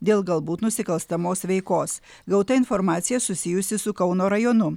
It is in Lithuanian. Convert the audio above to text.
dėl galbūt nusikalstamos veikos gauta informacija susijusi su kauno rajonu